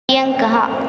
पर्यङ्कः